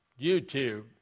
YouTube